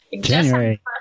January